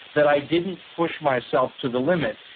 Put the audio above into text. that i didn't push myself to the limit.